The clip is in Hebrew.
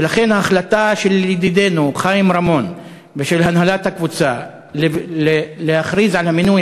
ולכן ההחלטה של ידידנו חיים רמון ושל הנהלת הקבוצה להכריז על המינוי